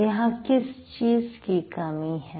यहां किस चीज की कमी है